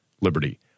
liberty